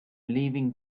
leaving